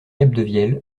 capdevielle